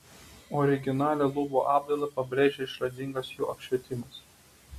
originalią lubų apdailą pabrėžia išradingas jų apšvietimas